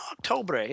October